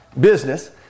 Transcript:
business